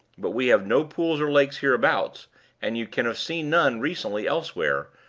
but we have no pools or lakes hereabouts and you can have seen none recently elsewhere,